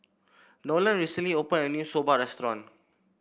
Nolen recently opened a new Soba restaurant